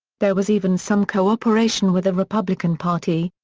there was even some cooperation with the republican party,